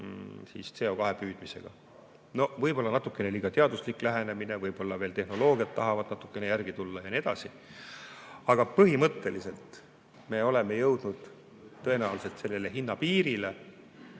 CO2püüdmisega. Võib-olla natukene liiga teaduslik lähenemine, võib-olla veel tehnoloogiad tahavad järele tulla ja nii edasi, aga põhimõtteliselt me oleme jõudnud tõenäoliselt selle hinnapiirini,